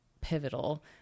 pivotal